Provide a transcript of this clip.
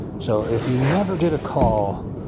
so if you never get a call,